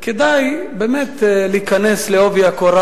כדאי באמת להיכנס בעובי הקורה.